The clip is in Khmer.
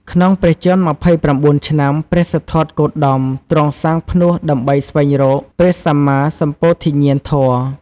ក្នុងព្រះជន្ម ២៩ ឆ្នាំ ព្រះសិទ្ធត្ថគោតមទ្រង់សាងផ្នួសដើម្បីស្វែងរកព្រះសម្មាសម្ពោធិញ្ញាណធម៌។